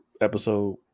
episode